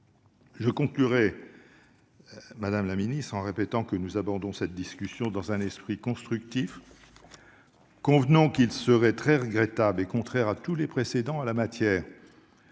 Je conclus, madame la ministre, en répétant que nous abordons cette discussion dans un esprit constructif. Convenons-en, il serait très regrettable et contraire à tous les précédents en la matière